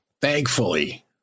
thankfully